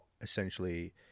essentially